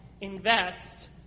invest